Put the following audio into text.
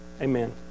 Amen